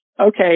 okay